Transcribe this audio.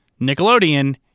Nickelodeon